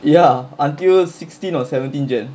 ya until sixteen or seventeen jan